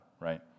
right